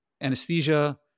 anesthesia